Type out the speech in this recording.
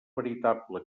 veritable